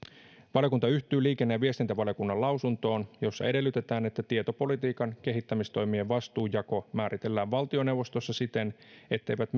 valiokunta yhtyy liikenne ja viestintävaliokunnan lausuntoon jossa edellytetään että tietopolitiikan kehittämistoimien vastuunjako määritellään valtioneuvostossa siten etteivät